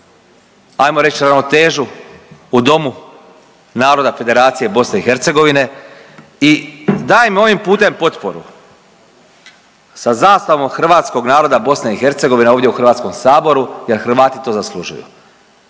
ajmo reći, ravnotežu u Domu naroda Federacije BiH i dajem ovim putem potporu sa zastavom hrvatskog naroda BiH ovdje u HS-u jer Hrvati to zaslužuju,